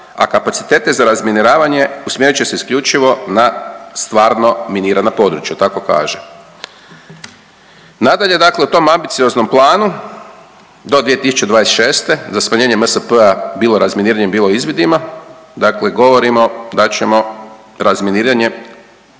a kapacitete za razminiravanje usmjerit će se isključivo na stvarno miniranja područja, tako kaže. Nadalje dakle, u tom ambicioznom planu do 2026. za smanjenje MSP-a bilo razminiranjem bilo izvidima govorimo da ćemo razminiranje